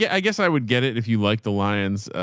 yeah i guess i would get it. if you like the lions,